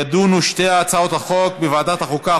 יידונו שתי הצעות החוק בוועדת החוקה,